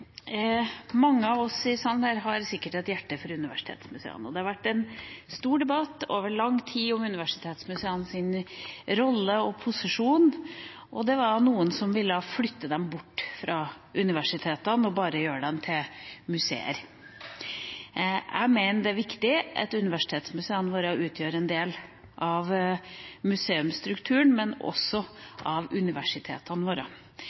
Mange av oss i salen her har sikkert et hjerte for universitetsmuseene. Det har over lang tid vært en stor debatt om universitetsmuseenes rolle og posisjon, og det var noen som ville flytte dem bort fra universitetene og gjøre dem til bare museer. Jeg mener det er viktig at universitetsmuseene våre utgjør en del av museumsstrukturen, men også av universitetene våre.